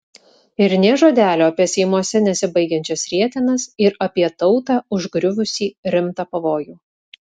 ir nė žodelio apie seimuose nesibaigiančias rietenas ir apie tautą užgriuvusį rimtą pavojų